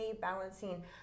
balancing